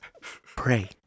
pray